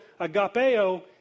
Agapeo